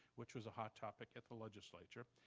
which was a hot topic at the legislature,